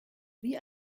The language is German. wie